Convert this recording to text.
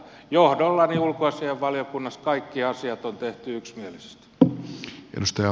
johdollani ulkoasiainvaliokunnassa kaikki asiat on tehty yksimielisesti